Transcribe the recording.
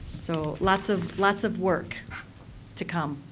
so, lots of lots of work to come.